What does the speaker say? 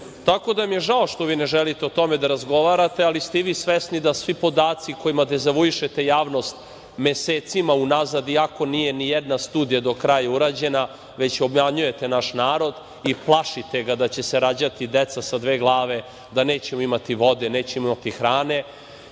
Žao nam je što vi ne želite o tome da razgovarate, ali ste i vi svesni da svi podaci kojima dezavuišete javnost mesecima unazad, iako nije nijedna studija do kraja urađena, već obmanjujete naš narod i plašite ga da će se rađati deca sa dve glave, da nećemo imati vode, da nećemo imati hrane